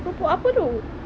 keropok apa tu